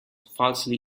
falsely